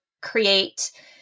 create